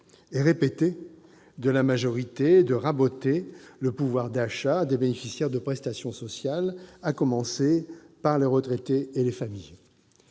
et répété de la majorité de raboter le pouvoir d'achat des bénéficiaires de prestations sociales, à commencer par les retraités et les familles.